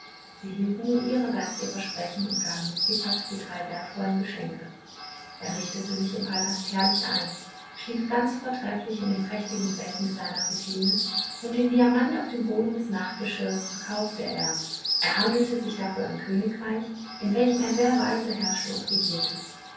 sie hielten nun ihrerseits ihr versprechen und gaben mistifax die drei wertvollen geschenke er richtete sich im palast herrlich ein schlief ganz vortrefflich in dem prächtigen bett mit seiner fifine und den diamant auf dem boden des nachtgeschirrs verkaufte er erhandelte sich dafür ein königreich in welchem er sehr weise herrschte und regierte